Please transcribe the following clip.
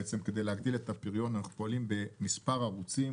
בעצם כדי להגדיל את הפריון אנחנו פועלים במספר ערוצים,